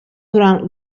durant